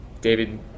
David